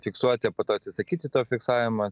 fiksuoti o po to atsisakyti to fiksavimo